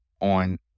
on